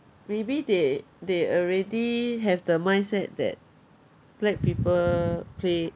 maybe they they already have the mindset that black people play